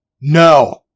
No